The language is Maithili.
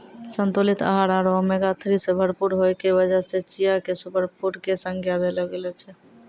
संतुलित आहार आरो ओमेगा थ्री सॅ भरपूर होय के वजह सॅ चिया क सूपरफुड के संज्ञा देलो गेलो छै